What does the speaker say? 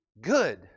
good